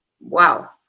wow